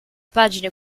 pagine